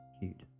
cute